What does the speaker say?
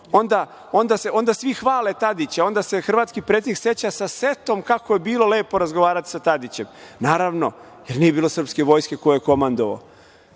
onda svi hvale Tadića, onda se hrvatski predsednik seća sa setom kako je bilo lepo razgovarati sa Tadićem, naravno, jer nije bilo srpske vojske kojoj je komandovao. Danas,